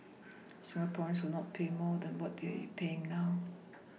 Singaporeans will not pay more than what they're paying now